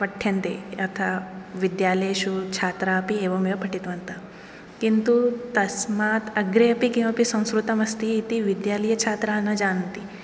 पठ्यन्ते यथा विद्यालयेषु छात्राः अपि एवमेव पठितवन्तः किन्तु तस्मात् अग्रेऽपि किमपि संस्कृतमस्ति इति विद्यालीयछात्राः न जानन्ति